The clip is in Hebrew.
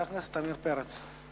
חבר הכנסת עמיר פרץ.